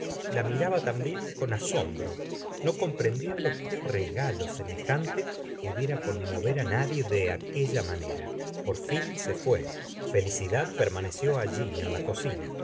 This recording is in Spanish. la miraba también con asombro no comprendiendo que regalo semejante pudiera conmover á nadie de aquella manera por fin se fué felicidad permaneció alli en la cocina